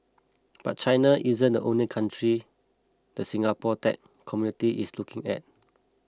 but China isn't the only country the Singapore tech community is looking at